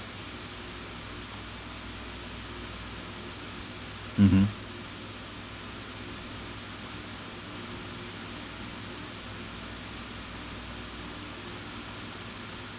mmhmm